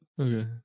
Okay